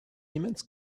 immense